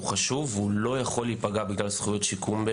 חשוב ולא יכול להיפגע בגלל זכויות שיקום.